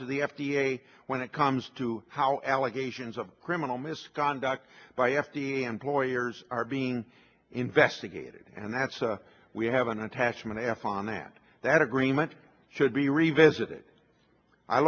to the f d a when it comes to how allegations of criminal misconduct by f d a employers are being investigated and that's we have an attachment a half on that that agreement should be revisited i